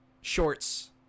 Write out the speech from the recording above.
shorts